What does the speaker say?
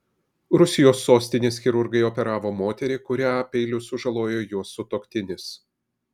rusijos sostinės chirurgai operavo moterį kurią peiliu sužalojo jos sutuoktinis